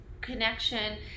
connection